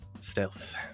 Stealth